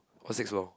or six floor